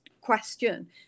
question